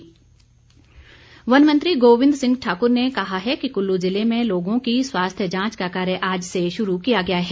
गोविंद ठाकुर वन मंत्री गोविंद सिंह ठाकुर ने कहा है कि कुल्लू ज़िले में लोगों की स्वास्थ्य जांच का कार्य आज से शुरू किया गया है